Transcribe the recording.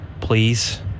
Please